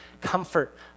comfort